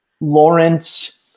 Lawrence